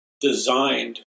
designed